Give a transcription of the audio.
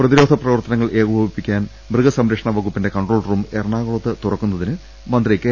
പ്രതിരോധ പ്രവർത്തനങ്ങൾ ഏകോപിപ്പിക്കാൻ മൃഗസംരക്ഷണ വകുപ്പിന്റെ കൺട്രോൾ റൂം എറണാകുളത്ത് തുറക്കുന്നതിന് മന്ത്രി കെ